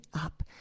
up